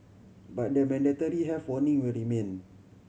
but the mandatory health warning will remain